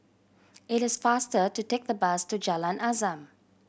it is faster to take the bus to Jalan Azam